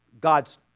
God's